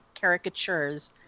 caricatures